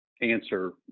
answer